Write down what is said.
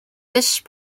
fish